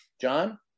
John